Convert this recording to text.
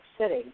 City